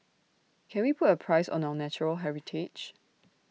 can we put A price on our natural heritage